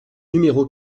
numéro